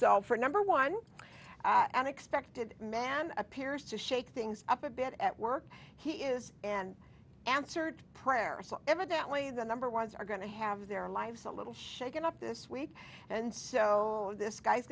so for number one an expected man appears to shake things up a bit at work he is and answered prayer so evidently the number ones are going to have their lives a little shaken up this week and so this guy's